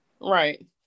Right